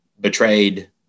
betrayed